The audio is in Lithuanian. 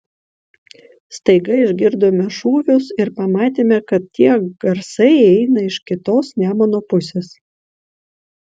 staiga išgirdome šūvius ir pamatėme kad tie garsai eina iš kitos nemuno pusės